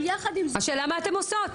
השאלה מה אתן עושות?